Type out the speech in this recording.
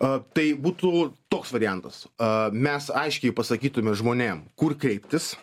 a tai būtų toks variantas a mes aiškiai pasakytume žmonėm kur kreiptis